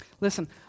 Listen